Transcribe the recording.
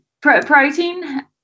Protein